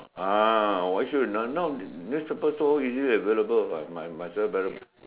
uh why so you know now newspaper so easy available [what] might might as well buy